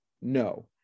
No